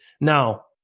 Now